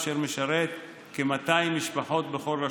אשר משרת כ-200 משפחות בכל רשות.